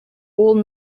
all